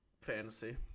fantasy